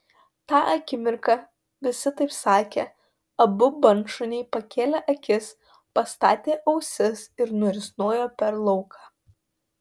tą akimirką visi taip sakė abu bandšuniai pakėlė akis pastatė ausis ir nurisnojo per lauką